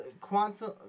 Quantum